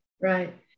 Right